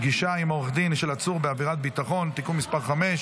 (פגישה עם עורך דין של עצור בעבירת ביטחון) (תיקון מס' 5),